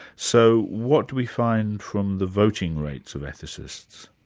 so what do we find from the voting rates of ethicists?